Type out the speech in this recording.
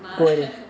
mah